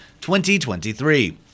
2023